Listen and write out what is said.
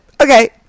Okay